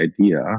idea